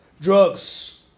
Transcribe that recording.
Drugs